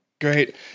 Great